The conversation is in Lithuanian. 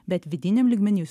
bet vidiniam lygmeny jūs